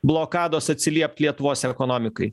blokados atsiliept lietuvos ekonomikai